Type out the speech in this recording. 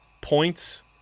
points